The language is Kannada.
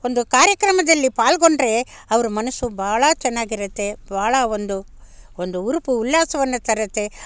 ಒಂದು ಕಾರ್ಯಕ್ರಮದಲ್ಲಿ ಪಾಲುಗೊಂಡ್ರೆ ಅವ್ರ ಮನಸ್ಸು ಭಾಳ ಚೆನ್ನಾಗಿರುತ್ತೆ ಭಾಳ ಒಂದು ಒಂದು ಹುರುಪು ಉಲ್ಲಾಸವನ್ನು ತರುತ್ತೆ